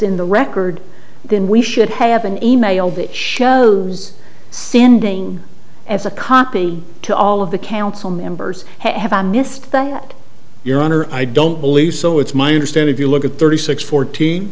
in the record then we should have an email that shows sending as a copy to all of the council members have i missed that your honor i don't believe so it's my understand if you look at thirty six fourteen